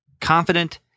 confident